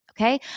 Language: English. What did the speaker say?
okay